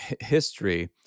history